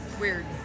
weird